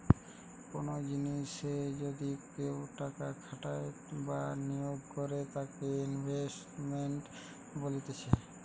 কোনো জিনিসে যদি কেও টাকা খাটাই বা বিনিয়োগ করে তাকে ইনভেস্টমেন্ট বলতিছে